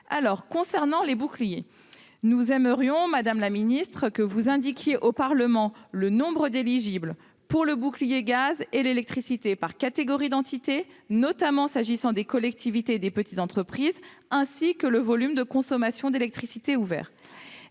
paraissent fondamentaux. Nous aimerions, madame la ministre, que vous indiquiez au Parlement le nombre d'éligibles pour le bouclier sur le gaz et l'électricité, par catégorie d'entités, notamment s'agissant des collectivités territoriales et des petites entreprises, ainsi que le volume de consommation d'électricité ouvert.